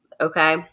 okay